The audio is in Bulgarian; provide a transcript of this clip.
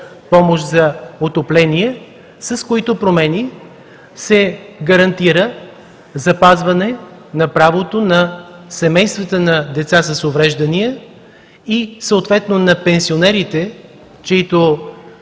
помощ за отопление, с които се гарантира запазване на правото на семействата на деца с увреждания и съответно на пенсионерите, чиито